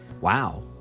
wow